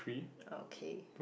okay